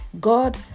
God